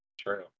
true